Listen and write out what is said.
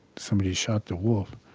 somebody shot the wolf.